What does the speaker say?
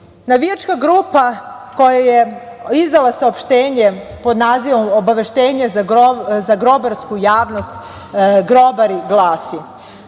„Navijačka grupa koja je izdala saopštenje pod nazivom – Obaveštenje za grobarsku javnost grobari glasi